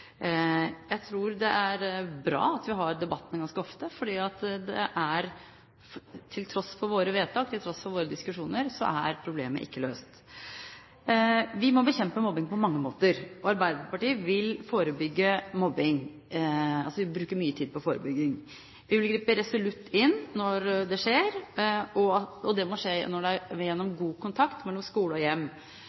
Jeg tror det er bra at vi har debatten ganske ofte, for til tross for våre vedtak og til tross for våre diskusjoner er ikke problemet løst. Vi må bekjempe mobbing på mange måter. Arbeiderpartiet vil bruke mye tid på å forebygge mobbing. Vi vil gripe resolutt inn når det skjer, og det må skje gjennom god kontakt mellom skole og hjem.